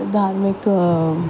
धार्मिक